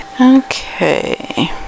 Okay